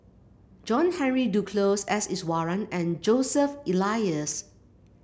John Henry Duclos S Iswaran and Joseph Elias